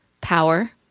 power